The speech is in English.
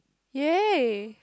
ya